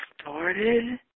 started